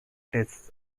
tests